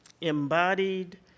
Embodied